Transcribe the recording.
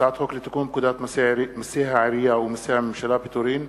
הצעת חוק לתיקון פקודת מסי העירייה ומסי הממשלה (פטורין)